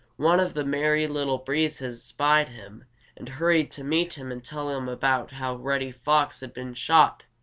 one of the merry little breezes spied him and hurried to meet him and tell him about how reddy fox had been shot.